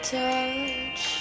touch